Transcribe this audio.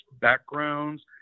backgrounds